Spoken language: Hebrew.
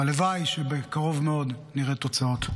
הלוואי שבקרוב מאוד נראה תוצאות.